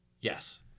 Yes